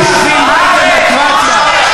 בארץ, חבר הכנסת קיש.